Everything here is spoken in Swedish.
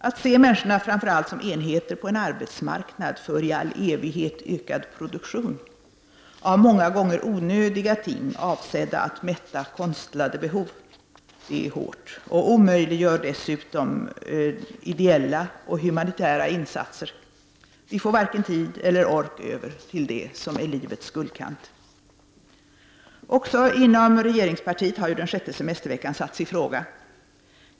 Att se människorna framför allt som enheter på en arbetsmarknad för i all evighet ökad produktion av många gånger onödiga ting avsedda att mätta konstlade behov är hårt och omöjliggör dessutom ideella och humanitära insatser. Vi får varken tid eller ork över till det som är livets guldkant. Även inom regeringspartiet har ju den sjätte semesterveckan satts i fråga.